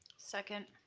second.